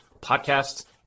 podcasts